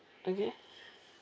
okay